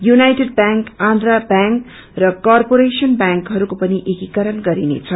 United bank Andhra bank र corporation ब्यांकहरूको पनि एकीकरण गरिनेछ